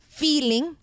feeling